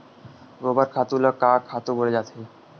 गोबर खातु ल का खातु बोले जाथे?